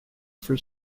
for